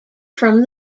from